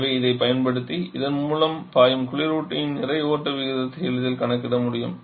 எனவே இதைப் பயன்படுத்தி இதன் மூலம் பாயும் குளிரூட்டியின் நிறை ஓட்ட விகிதத்தை எளிதில் கணக்கிட முடியும்